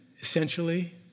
essentially